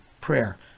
prayer